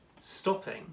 stopping